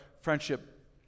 friendship